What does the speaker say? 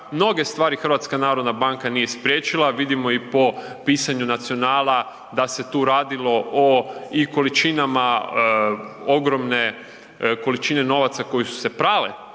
mnoge stvari HNB nije spriječila, vidimo i po pisanju „Nacionala“ da se tu radilo o i količinama, ogromne količine novaca koje su se prale